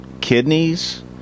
kidneys